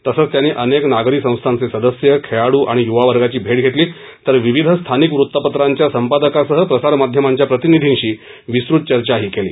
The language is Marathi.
तसंच त्यांनी अनेक नागरी संस्थाचे सदस्य खेळाडू आणि युवा वर्गाची भेट घेतली तर विविध स्थानिक वृत्तपत्रांच्या संपादकासह प्रसार माध्यमांच्या प्रतिनिधीशी त्यांनी विस्तृत चर्चाही केली